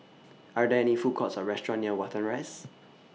Are There any Food Courts Or restaurants near Watten Rise